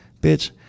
bitch